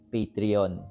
Patreon